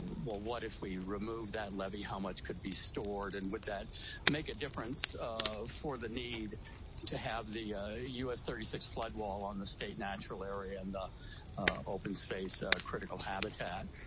what if we remove that levy. how much could be stored and would that make a difference um for the need to have the us thirty six floodwall on the state natural area and the open space critical habitat.